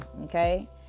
Okay